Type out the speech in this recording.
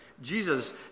Jesus